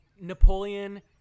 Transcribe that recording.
napoleon